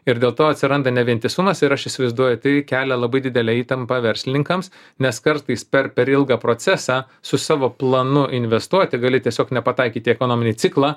ir dėl to atsiranda nevientisumas ir aš įsivaizduoju tai kelia labai didelę įtampą verslininkams nes kartais per per ilgą procesą su savo planu investuoti gali tiesiog nepataikyt į ekonominį ciklą